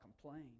complain